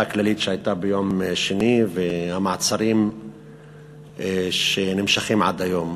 הכללית שהייתה ביום שני והמעצרים שנמשכים עד היום.